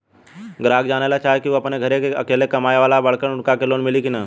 ग्राहक जानेला चाहे ले की ऊ अपने घरे के अकेले कमाये वाला बड़न उनका के लोन मिली कि न?